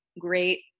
great